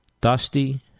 dusty